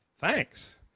thanks